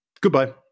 Goodbye